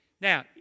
Now